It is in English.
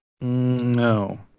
No